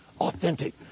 authentic